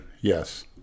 Yes